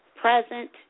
present